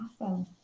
Awesome